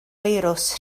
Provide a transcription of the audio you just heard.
firws